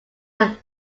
are